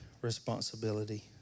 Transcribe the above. Responsibility